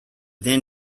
then